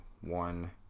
one